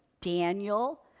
Daniel